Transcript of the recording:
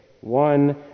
One